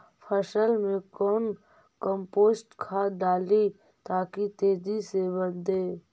फसल मे कौन कम्पोस्ट खाद डाली ताकि तेजी से बदे?